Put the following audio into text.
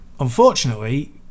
Unfortunately